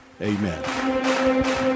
Amen